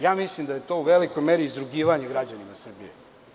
Ja mislim da je to u velikoj meri izrugivanje građanima Srbije.